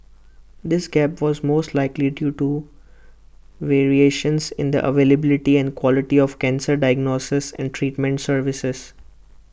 this gap was most likely due to variations in the availability and quality of cancer diagnosis and treatment services